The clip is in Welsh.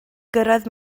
gyrraedd